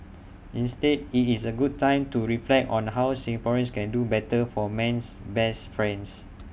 instead IT is A good time to reflect on how Singaporeans can do better for man's best friends